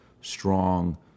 strong